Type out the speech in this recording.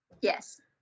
Yes